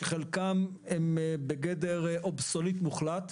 שחלקם הם בגדר אובסולוט מוחלט,